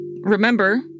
Remember